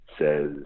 says